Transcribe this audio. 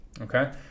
Okay